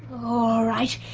alright,